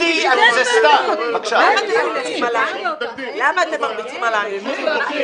אין לו בושה --- תודה, תודה.